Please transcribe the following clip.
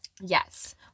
Yes